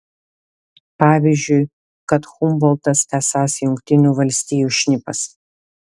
pavyzdžiui kad humboltas esąs jungtinių valstijų šnipas